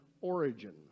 origin